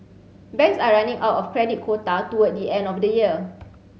banks are running out of credit quota toward the end of the year